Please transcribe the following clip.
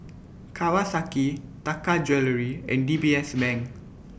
Kawasaki Taka Jewelry and D B S Bank